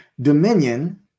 dominion